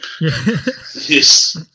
Yes